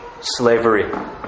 slavery